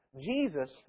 Jesus